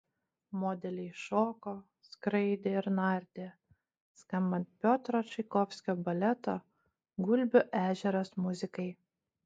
modeliai šoko skraidė ir nardė skambant piotro čaikovskio baleto gulbių ežeras muzikai